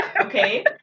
Okay